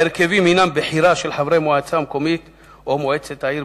ההרכבים הם בחירה של חברי המועצה המקומית או מועצת העיר,